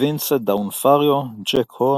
וינסנט ד'אונופריו - ג'ק הורן.